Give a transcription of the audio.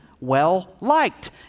well-liked